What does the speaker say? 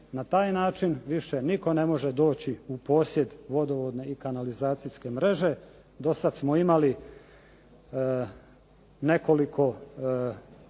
Na taj način više nitko ne može doći u posjed vodovodne i kanalizacijske mreže. Dosad smo imali nekoliko